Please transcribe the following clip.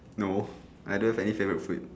no I don't have any favourite food